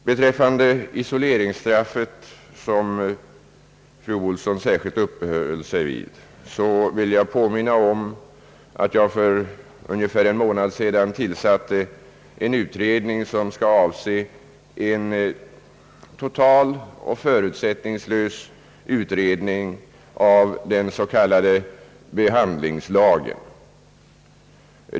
Beträffande isoleringsstraffet, som fru Ohlsson särskilt uppehöll sig vid, vill jag påminna om att jag för ungefär en månad sedan tillsatte en utredning som skall totalt och förutsättningslöst granska den s.k. behandlingslagen.